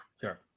Sure